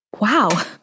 Wow